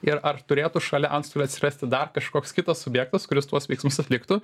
ir ar turėtų šalia antstolio atsirasti dar kažkoks kitas subjektas kuris tuos veiksmus atliktų